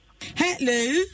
Hello